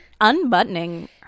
Unbuttoning